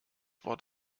wort